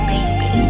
Baby